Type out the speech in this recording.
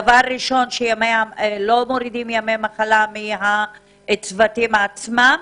דבר ראשון שלא מורידים ימי מחלה מהצוותים עצמם,